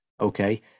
okay